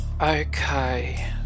Okay